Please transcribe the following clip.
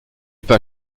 pas